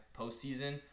postseason